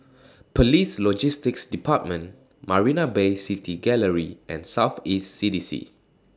Police Logistics department Marina Bay City Gallery and South East C D C